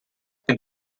can